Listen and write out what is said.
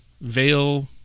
veil